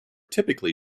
typically